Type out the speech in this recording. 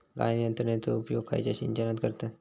गाळण यंत्रनेचो उपयोग खयच्या सिंचनात करतत?